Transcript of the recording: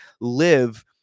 live